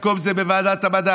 נתנו במקום זה בוועדת המדע,